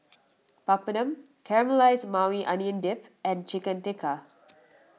Papadum Caramelized Maui Onion Dip and Chicken Tikka